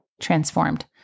transformed